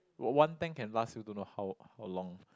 one one tank can last you don't know how how long